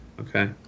Okay